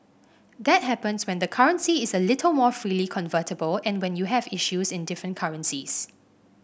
that happens when the currency is a little more freely convertible and when you have issues in different currencies